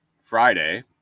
friday